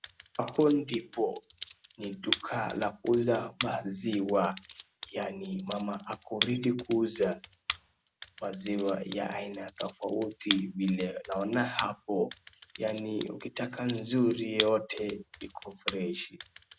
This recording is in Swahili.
Hapo ndipo ni duka la kuuza maziwa, yaani mama ako ready kuuza maziwa ya aina tofauti vile naona hapo, yaani ukitaka nzuri yote iko freshi.